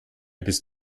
bist